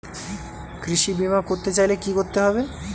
কৃষি বিমা করতে চাইলে কি করতে হবে?